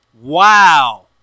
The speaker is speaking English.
wow